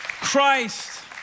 Christ